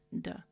Duh